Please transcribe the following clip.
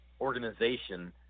organization